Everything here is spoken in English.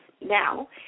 now